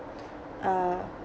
uh